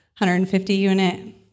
150-unit